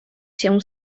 się